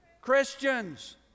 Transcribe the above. Christians